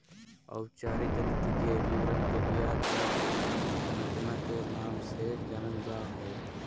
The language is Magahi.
औपचारिक गणितीय विवरण के ब्याज दर संरचना के नाम से जानल जा हय